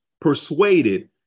persuaded